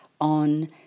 on